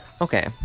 Okay